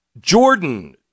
Jordan